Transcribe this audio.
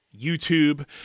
YouTube